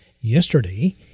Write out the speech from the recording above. Yesterday